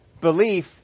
belief